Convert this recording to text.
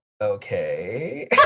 okay